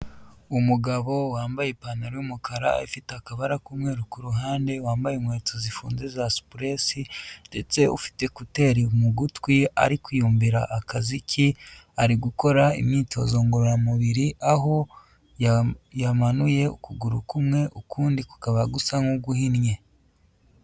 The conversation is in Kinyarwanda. Umugabo wambaye ipantaro y'umukara ifite akabara k'umweru ku ruhande, wambaye inkweto zifunze za supuresi ndetse ufite ekuteri mu gutwi ariko kwiyumvira akaziki, ari gukora imyitozo ngororamubiri, aho yamanuye ukuguru kumwe ukundi kukaba gusa nk'uguhinnye.